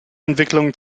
entwicklung